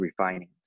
refinance